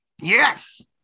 yes